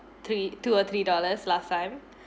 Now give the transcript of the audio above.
three two or three dollars last time